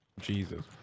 Jesus